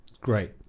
Great